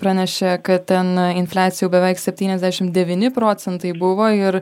pranešė kad ten infliacija jau beveik septyniasdešim devyni procentai buvo ir